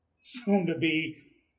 soon-to-be